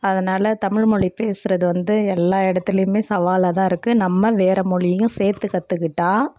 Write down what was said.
அதனால் தமிழ்மொழி பேசுகிறது வந்து எல்லா இடத்துலையுமே சவாலா தான் இருக்குது நம்ம வேற மொழியும் சேர்த்து கத்துக்கிட்டால்